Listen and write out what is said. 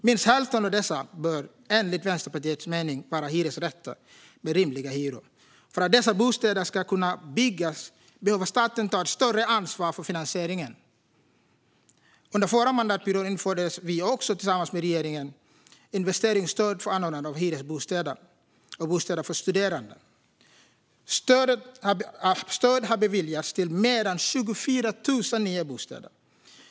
Minst hälften av dem bör enligt Vänsterpartiets mening vara hyresrätter med rimliga hyror. För att dessa bostäder ska kunna byggas behöver staten ta ett större ansvar för finansieringen. Under förra mandatperioden införde Vänsterpartiet tillsammans med regeringen ett investeringsstöd för att skapa hyresbostäder och bostäder för studerande. Stöd har beviljats till mer än 24 000 nya bostäder.